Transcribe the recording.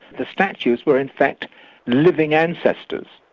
the statues were in fact living ancestors,